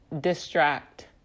distract